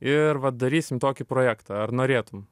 ir vat darysim tokį projektą ar norėtum